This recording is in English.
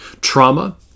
trauma